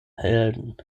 helden